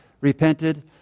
repented